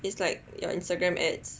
it's like your Instagram ads